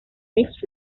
mixed